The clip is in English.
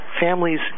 families